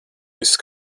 viss